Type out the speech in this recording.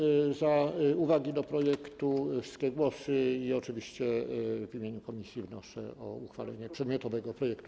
Dziękuję za uwagi do projektu, wszystkie głosy i oczywiście w imieniu komisji wnoszę o uchwalenie przedmiotowego projektu.